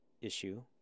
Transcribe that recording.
issue